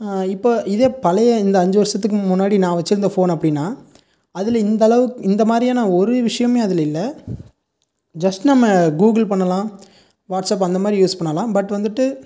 இப்போ இதே பழைய இந்த அஞ்சு வருஷத்துக்கு முன்னாடி நான் வச்சிருந்த ஃபோன் அப்படின்னா அதில் இந்த அளவுக்கு இந்த மாதிரியான ஒரு விஷயமும் அதில் இல்லை ஜஸ்ட் நம்ம கூகுள் பண்ணலாம் வாட்ஸப் அந்தமாதிரி யூஸ் பண்ணலாம் பட் வந்துட்டு